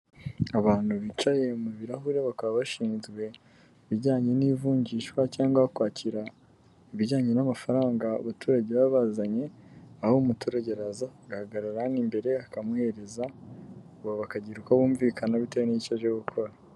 Abantu bicaye mu birahure bakaba bashinzwe ibijyanye n'ivungishwa cyangwa bakakira ibijyanye n'amafaranga abaturage baba bazanye aho umuturage araza agahagarara imbere akamuhereza ubu bakagira uko bumvikana bitewe n'ibyo gukora.